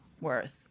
worth